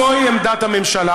זוהי עמדת הממשלה.